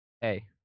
Hey